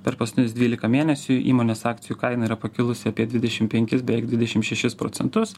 per paskutinius dvylika mėnesių įmonės akcijų kaina yra pakilusi apie dvidešim penkis beveik dvidešim šešis procentus